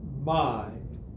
mind